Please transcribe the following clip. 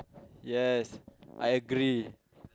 yes I agree